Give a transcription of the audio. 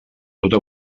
tota